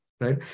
right